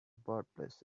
birthplace